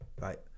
right